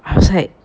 I was like